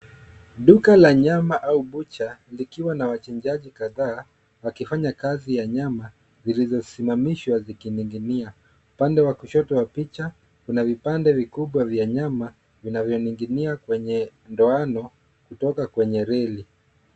Duka la nyama au bucha likiwa na wachinjaji kadhaa wakifanya kazi ya nyama zilizosimamishwa zikining'inia upande wa kushoto wa picha kuna vipande vikubwa vya nyama vinanvyo ning'inia kwenye ndoano kutoka kwenye reli.